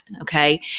Okay